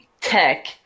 tech